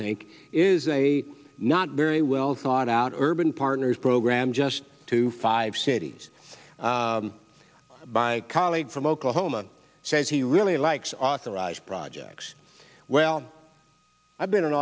think is a not very well thought out urban partners program just to five cities by colleague from oklahoma says he really likes authorized projects well i've been